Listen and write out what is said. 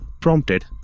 prompted